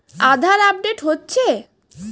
আধার update হচ্ছে?